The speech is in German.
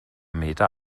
meter